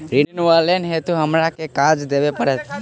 ऋण वा लोन हेतु हमरा केँ कागज देबै पड़त?